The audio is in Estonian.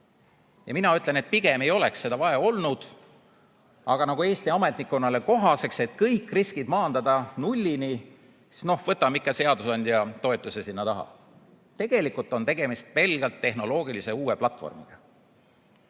Mina ütlen, et pigem ei oleks seda vaja olnud. Aga nagu Eesti ametnikkonnale kohane, et kõik riskid maandada nullini, siis võtame ikka seadusandja toetuse sinna taha. Tegelikult on tegemist pelgalt tehnoloogilise uue platvormiga.